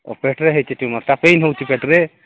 ଓ ପେଟରେ ହୋଇଛି ଟ୍ୟୁମର୍ଟା ପେନ୍ ହେଉଛି ପେଟରେ